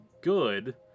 good